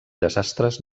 desastres